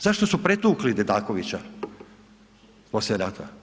Zašto su pretukli Dedakovića poslije rata?